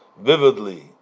vividly